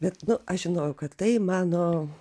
bet nu aš žinojau kad tai mano